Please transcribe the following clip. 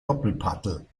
doppelpaddel